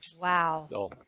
Wow